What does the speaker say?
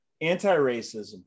anti-racism